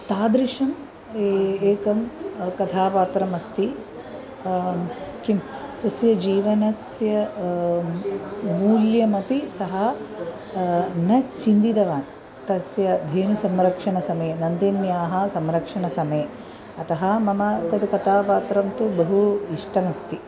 तादृशम् एकं कथापात्रमस्ति किं स्वस्य जीवनस्य मूल्यमपि सः न चिन्तितवान् तस्य धेनुसंरक्षणसमये नन्दिन्याः संरक्षणसमये अतः मम तत् कथापात्रं तु बहु इष्टमस्ति